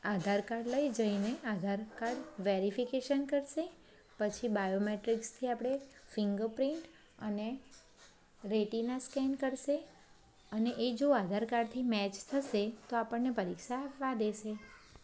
આધાર card લઈ જઈને Aadhaar card verification કરશે પછી બાયોમેટ્રીક્સથી આપણે ફિંગર પ્રિન્ટ અને રેટિના સ્કેન કરશે અને એ જો આધાર કાર્ડથી મેચ થશે તો આપણને પરીક્ષા આપવા દેશે